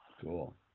Cool